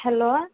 hello